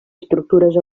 estructures